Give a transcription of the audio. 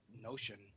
notion